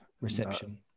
Reception